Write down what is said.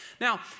Now